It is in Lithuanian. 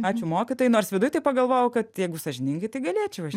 ačiū mokytojai nors viduj tai pagalvojau kad jeigu sąžiningai tai galėčiau aš